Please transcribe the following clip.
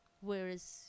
Whereas